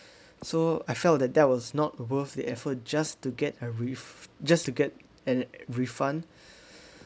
so I felt that that was not worth the effort just to get a re~ just to get an refund